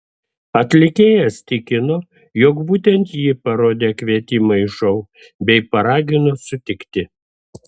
atlikėjas tikino jog būtent ji parodė kvietimą į šou bei paragino sutikti